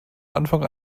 anfang